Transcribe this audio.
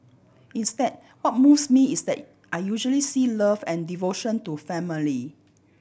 instead what moves me is that I usually see love and devotion to family